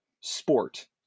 sport